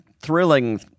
thrilling